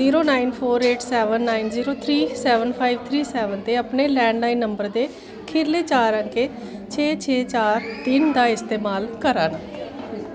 zero nine four eight seven nine zero three seven five three seven ते अपने landline number दे खीरले चार अकें छे छे चार तिन्न दा इस्तेमाल करा नां